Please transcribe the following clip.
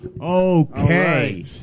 Okay